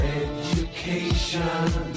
education